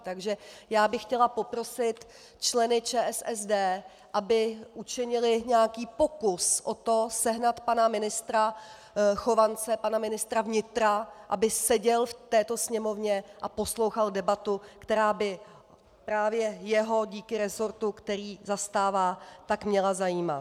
Takže já bych chtěla poprosit členy ČSSD, aby učinili nějaký pokus o to, sehnat pana ministra Chovance, pana ministra vnitra, aby seděl v této sněmovně a poslouchal debatu, která by právě jeho díky resortu, který zastává, měla zajímat.